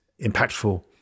impactful